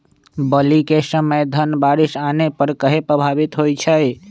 बली क समय धन बारिस आने से कहे पभवित होई छई?